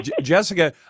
jessica